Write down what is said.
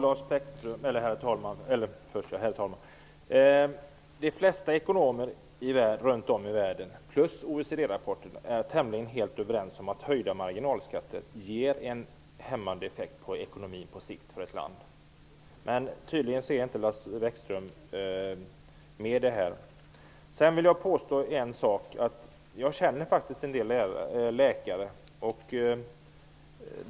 Herr talman! De flesta ekonomer runt om i världen, även de som utformat OECD-rapporten, är tämligen överens om att höjda marginalskatter på sikt ger en hämmande effekt på ekonomin i ett land. Tydligen håller inte Lars Bäckström med om det. Jag känner faktiskt en del läkare.